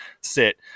sit